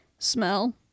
Smell